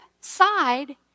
side